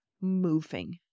moving